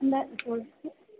இல்லை இப்போதைக்கு